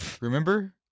Remember